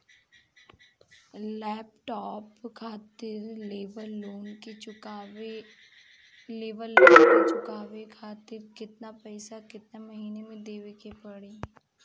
Laptop खातिर लेवल loan के चुकावे खातिर केतना पैसा केतना महिना मे देवे के पड़ी?